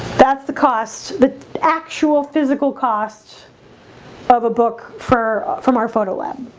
that's the cost the actual physical cost of a book for from our photo lab,